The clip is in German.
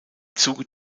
zuge